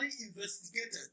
investigated